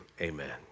amen